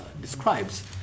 describes